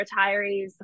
retirees